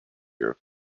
year